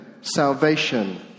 salvation